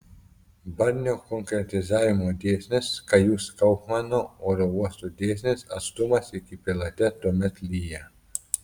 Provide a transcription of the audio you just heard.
barnio konkretizavimo dėsnis kai jūs kaufmano oro uostų dėsnis atstumas iki pilate tuomet lyja